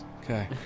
okay